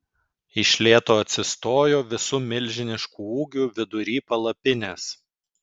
iš lėto atsistojo visu milžinišku ūgiu vidury palapinės